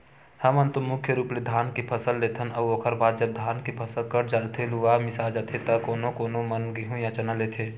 हमन तो मुख्य रुप ले धान के फसल लेथन अउ ओखर बाद जब धान के फसल कट जाथे लुवा मिसा जाथे त कोनो कोनो मन गेंहू या चना लेथे